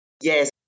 Yes